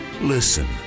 Listen